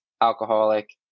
alcoholic